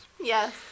Yes